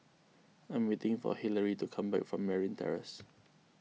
I am waiting for Hillary to come back from Merryn Terrace